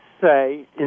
say